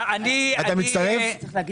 אתה מצטרף?